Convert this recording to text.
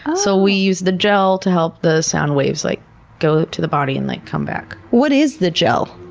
so we use the gel to help the sound waves like go to the body and like come back. what is the gel?